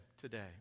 today